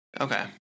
Okay